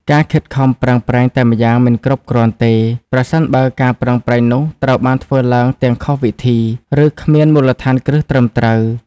ការខិតខំប្រឹងប្រែងតែម្យ៉ាងមិនគ្រប់គ្រាន់ទេ ប្រសិនបើការប្រឹងប្រែងនោះត្រូវបានធ្វើឡើងទាំងខុសវិធី ឬគ្មានមូលដ្ឋានគ្រឹះត្រឹមត្រូវ។